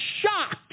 shocked